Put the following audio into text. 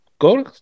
Go